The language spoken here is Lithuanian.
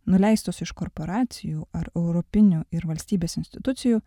nuleistos iš korporacijų ar europinių ir valstybės institucijų